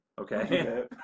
Okay